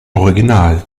original